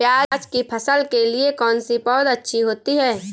प्याज़ की फसल के लिए कौनसी पौद अच्छी होती है?